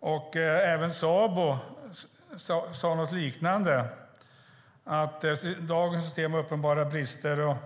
På ett liknande sätt skriver Sabo: "Systemet har uppenbara brister.